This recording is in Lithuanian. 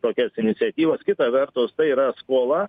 tokias iniciatyvas kita vertus tai yra skola